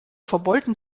verbeulten